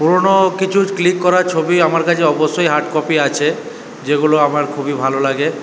পুরনো কিছু ক্লিক করা ছবি আমার কাছে অবশ্যই হার্ড কপি আছে যেগুলো আমার খুবই ভালো লাগে